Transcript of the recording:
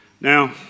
Now